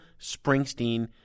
Springsteen